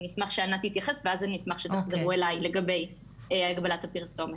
אני אשמח שענת תתייחס ואז תחזרו אליי לגבי הגבלת הפרסום.